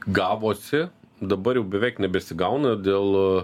gavosi dabar jau beveik nebesigauna dėl